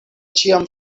ĉiam